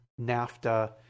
NAFTA